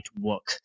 work